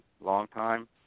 longtime